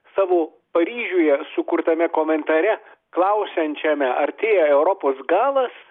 savo paryžiuje sukurtame komentare klausiančiame artėja europos galas